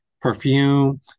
Perfume